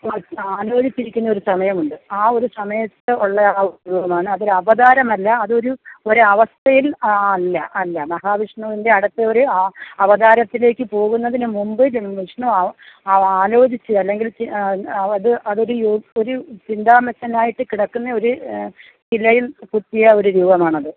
ആലോചിച്ചിരിക്കുന്ന ഒരു സമയമുണ്ട് ആ ഒരു സമയത്ത് ഉള്ളതാണ് ഒരു രൂപമാണ് അത് അവതാരമല്ല അതൊരു ഒരവസ്ഥയിൽ അല്ല അല്ല മഹാവിഷ്ണുവിൻ്റെ അടുത്ത ഒരു ആ അവതാരത്തിലേക്ക് പോകുന്നതിനു മുൻപ് വിഷ്ണു ആലോചിച്ച് അല്ലെങ്കിൽ അത് അതൊരു ഒരു ചിന്താ വിഷനായിട്ട് കിടക്കുന്ന ഒരു ശിലയിൽ കൊത്തിയ ഒരു രൂപമാണത്